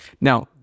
Now